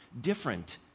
different